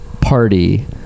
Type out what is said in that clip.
party